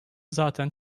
zaten